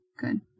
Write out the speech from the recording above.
good